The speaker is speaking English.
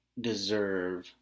deserve